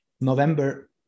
November